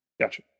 Gotcha